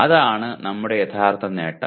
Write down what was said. അതാണ് നമ്മുടെ യഥാർത്ഥ നേട്ടം